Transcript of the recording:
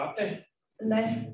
Less